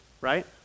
right